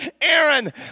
Aaron